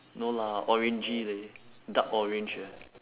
no lah orangey leh dark orange eh